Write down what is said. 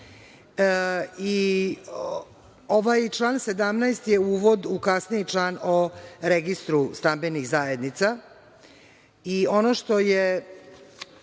član 17. je uvod u kasniji član o registru stambenih zajednica i ono što je